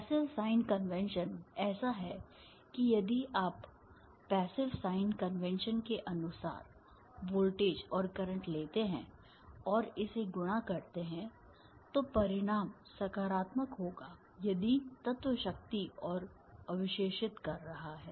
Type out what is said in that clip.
passive sign convention ऐसा है कि यदि आप पैसिव साइन कन्वेंशन के अनुसार वोल्टेज और करंट लेते हैं और इसे गुणा करते हैं तो परिणाम सकारात्मक होगा यदि तत्व शक्ति को अवशोषित कर रहा है